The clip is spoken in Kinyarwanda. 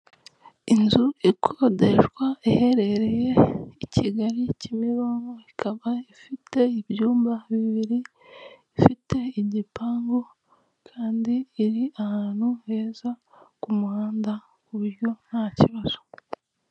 Inzu ikodeshwa iherereye i Kigali, Kimironko, ikaba ifite ibyumba bibiri, ifite igipangu kandi iri ahantu heza ku muhanda ku buryo nta kibazo.